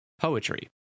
poetry